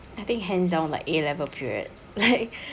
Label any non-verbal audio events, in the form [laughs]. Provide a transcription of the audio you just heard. I think hands down like A level period like [laughs]